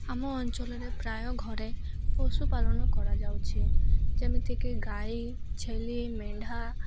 ଆମ ଅଞ୍ଚଲରେ ପ୍ରାୟ ଘରେ ପଶୁପାଲନ କରାଯାଉଛି ଯେମିତିକି ଗାଈ ଛେଲି ମେଣ୍ଢା